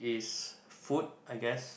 is food I guess